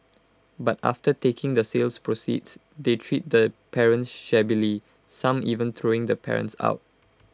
but after taking the sales proceeds they treat the parents shabbily some even throwing the parents out